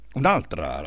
un'altra